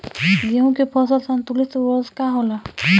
गेहूं के फसल संतुलित उर्वरक का होला?